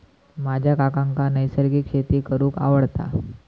माझ्या काकांका नैसर्गिक शेती करूंक आवडता